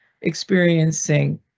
experiencing